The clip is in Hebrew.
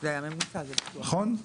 נכון?